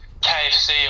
KFC